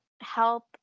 help